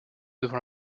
devant